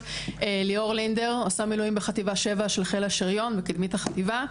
ליאור לינדר עושה מילואים בחטיבה 7 של חיל השריון בקדמית החטיבה.